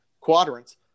quadrants